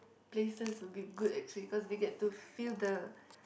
places will be good actually cause they get to feel the